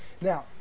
Now